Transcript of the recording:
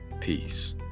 peace